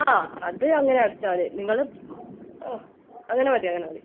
ആ അത് അങ്ങനെ അടച്ചാൽ മതി നിങ്ങള് ആ അങ്ങനെ മതി അങ്ങനെ മതി